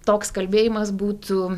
toks kalbėjimas būtų